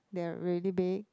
they are really big